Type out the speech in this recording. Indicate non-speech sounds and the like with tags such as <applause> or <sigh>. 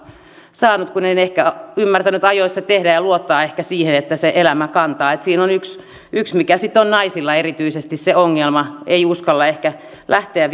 saanut kun en en ehkä ymmärtänyt ajoissa tehdä ja luottaa ehkä siihen että se elämä kantaa että siinä on yksi <unintelligible> yksi mikä sitten on naisilla erityisesti se ongelma ei uskalla ehkä lähteä <unintelligible>